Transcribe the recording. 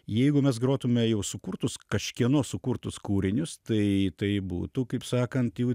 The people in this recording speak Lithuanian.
jeigu mes grotume jau sukurtus kažkieno sukurtus kūrinius tai tai būtų kaip sakant jau